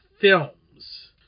Films